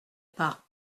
pas